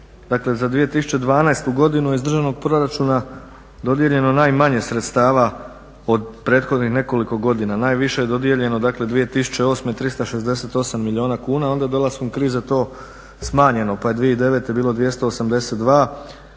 dakle za 2012. godinu iz državnog proračuna dodijeljeno najmanje sredstava od prethodnih nekoliko godina. Najviše je dodijeljeno, dakle 2008. 368 milijuna kuna, onda je dolaskom krize to smanjeno, pa je 2009. bili 282 i